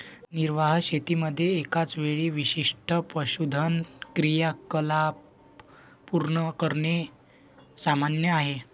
निर्वाह शेतीमध्ये एकाच वेळी विशिष्ट पशुधन क्रियाकलाप पूर्ण करणे सामान्य आहे